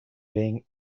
being